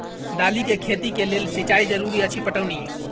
दालि केँ खेती केँ लेल सिंचाई जरूरी अछि पटौनी?